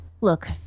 Look